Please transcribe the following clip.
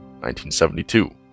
1972